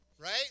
right